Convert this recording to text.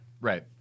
Right